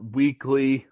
weekly